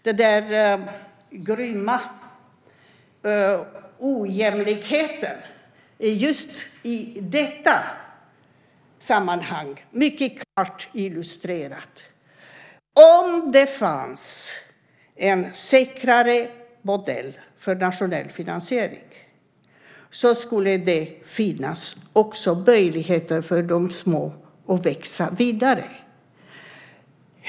Den grymma ojämlikheten är mycket klart illustrerad i just detta sammanhang. Om det fanns en säkrare modell för nationell finansiering skulle det också finnas möjlighet för de små att växa vidare.